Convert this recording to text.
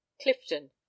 clifton